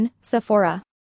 Sephora